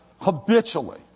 habitually